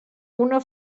una